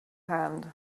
hand